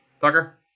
Tucker